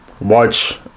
watch